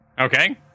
Okay